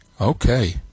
Okay